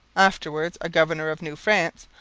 afterwards a governor of new france,